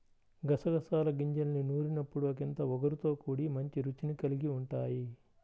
గసగసాల గింజల్ని నూరినప్పుడు ఒకింత ఒగరుతో కూడి మంచి రుచిని కల్గి ఉంటయ్